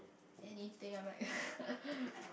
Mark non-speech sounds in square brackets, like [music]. anything I'm like [laughs]